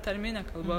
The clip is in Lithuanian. tarminė kalba